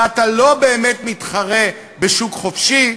ואתה לא באמת מתחרה בשוק חופשי,